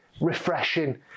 refreshing